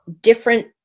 different